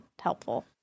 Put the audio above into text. helpful